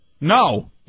No